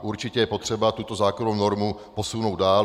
Určitě je potřeba tuto zákonnou normu posunout dál.